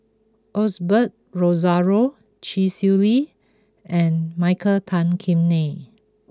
Osbert Rozario Chee Swee Lee and Michael Tan Kim Nei